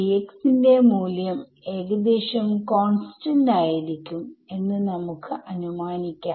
Dx ന്റെ മൂല്യം ഏകദേശം കോൺസ്റ്റന്റ് ആയിരിക്കും എന്ന് നമുക്ക് അനുമാനിക്കാം